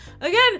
again